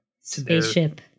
spaceship